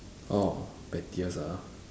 orh pettiest ah